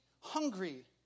hungry